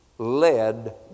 led